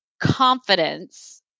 confidence